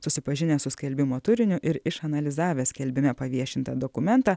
susipažinęs su skelbimo turiniu ir išanalizavęs skelbime paviešintą dokumentą